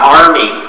army